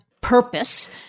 purpose